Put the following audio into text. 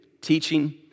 teaching